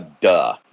Duh